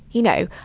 you know,